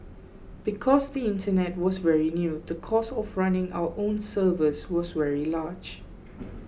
because the Internet was very new the cost of running our own servers was very large